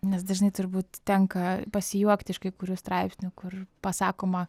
nes dažnai turbūt tenka pasijuokti iš kai kurių straipsnių kur pasakoma